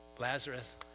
Lazarus